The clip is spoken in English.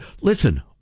Listen